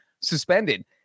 suspended